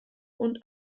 und